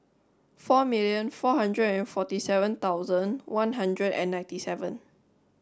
four million four hundred and forty seven thousand one hundred and ninety seven